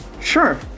Sure